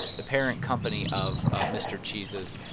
the parent company of ah mr. cheese's,